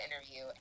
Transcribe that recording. interview